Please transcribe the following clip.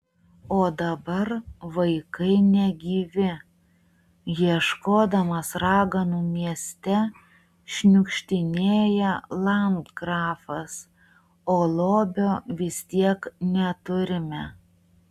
o dabar vaikai negyvi ieškodamas raganų mieste šniukštinėja landgrafas o lobio vis tiek neturime